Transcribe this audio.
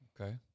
Okay